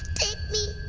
take me!